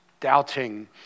Doubting